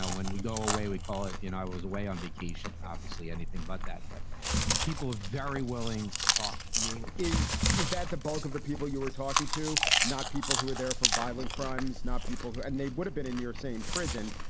ah when we go away, we call it. and i was away on vacation. obviously, anything about that. but people are very willing to talk to you is is that the bulk of the people you were talking to? not people who are there for violent crimes, crimes, not people who and they would have been in your same prison.